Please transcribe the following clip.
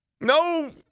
No